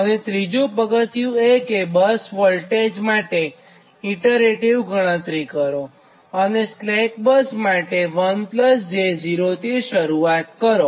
અને ત્રીજું પગથિયું એ કે બસ વોલ્ટેજ માટે ઇટરેટીવ ગણતરી કરો અને સ્લેક બસ માટે 1 j 0 થી શરૂઆત કરો